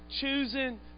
Choosing